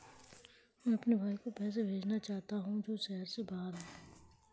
मैं अपने भाई को पैसे भेजना चाहता हूँ जो शहर से बाहर रहता है